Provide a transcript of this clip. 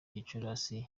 gicurasi